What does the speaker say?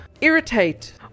irritate